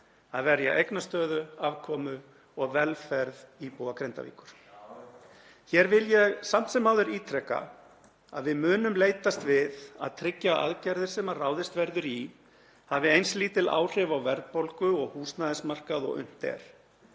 að verja eignastöðu, afkomu og velferð íbúa Grindavíkur. Hér vil ég samt sem áður ítreka að við munum leitast við að tryggja að aðgerðir sem ráðist verður í hafi eins lítil áhrif á verðbólgu og húsnæðismarkað og unnt